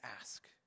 ask